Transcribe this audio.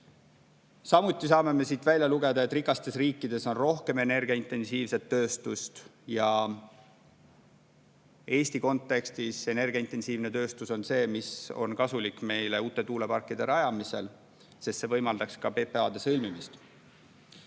Samuti saame siit välja lugeda, et rikastes riikides on rohkem energiaintensiivset tööstust. Eesti kontekstis on energiaintensiivne tööstus kasulik meile uute tuuleparkide rajamisel, sest see võimaldaks ka PPA-de sõlmimist.